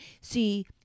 see